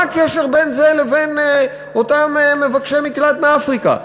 מה הקשר בין זה לבין אותם מבקשי מקלט מאפריקה?